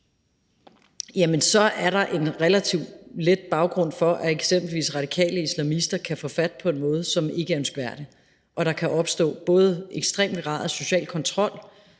så er der en relativt let baggrund for, at eksempelvis radikale islamister kan få fat på en måde, som ikke er ønskværdig, og der kan opstå både en ekstrem grad af social kontrol,